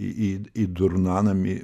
į į į durnanamį